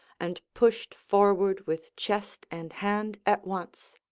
and pushed forward with chest and hand at once.